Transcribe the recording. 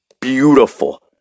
beautiful